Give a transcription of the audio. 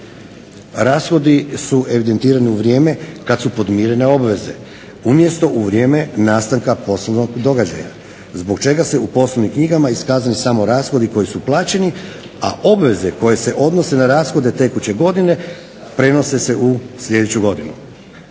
Rashodi su evidentirani u vrijeme kad su podmirene obveze, umjesto u vrijeme nastanka poslovnog događaja zbog čega se u poslovnim knjigama iskazuju samo rashodi koji su plaćeni, a obveze koje se odnose na rashode tekuće godine prenose se u sljedeću godinu.